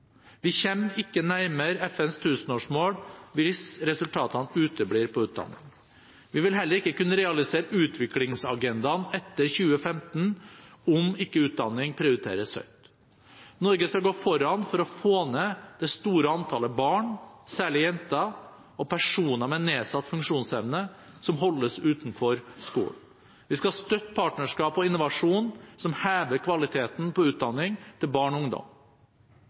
Vi kommer ikke nærmere FNs tusenårsmål hvis resultatene uteblir på utdanning. Vi vil heller ikke kunne realisere utviklingsagendaen etter 2015 om ikke utdanning prioriteres høyt. Norge skal gå foran for å få ned det store antallet barn, særlig jenter og personer med nedsatt funksjonsevne, som holdes utenfor skolen. Vi skal støtte partnerskap og innovasjon som hever kvaliteten på utdanning til barn og ungdom.